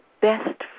best